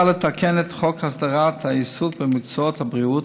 לתקן את חוק הסדרת העיסוק במקצועות הבריאות,